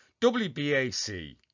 WBAC